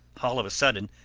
all of a sudden,